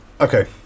Okay